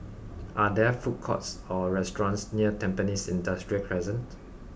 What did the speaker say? are there food courts or restaurants near Tampines Industrial Crescent